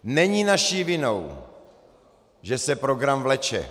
Není naší vinou, že se program vleče.